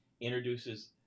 introduces